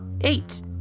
eight